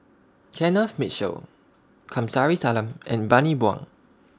Kenneth Mitchell Kamsari Salam and Bani Buang